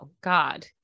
God